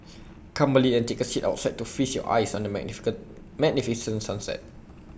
come early and take A seat outside to feast your eyes on the magnificent sunset